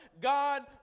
God